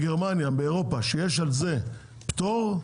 ממפעל באירופה ויש על זה פטור,